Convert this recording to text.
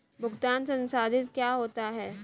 भुगतान संसाधित क्या होता है?